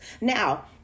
Now